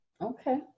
Okay